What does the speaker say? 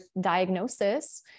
diagnosis